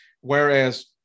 whereas